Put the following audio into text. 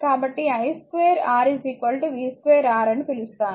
కాబట్టి i2 R v2 R అని పిలుస్తాను